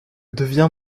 devient